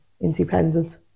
independent